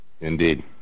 Indeed